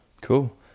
Cool